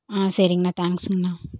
ஆ சரிங்ண்ணா தேங்க்ஸ்ங்ண்ணா